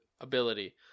ability